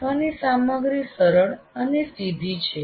શીખવાની સામગ્રી સરળ અને સીધી છે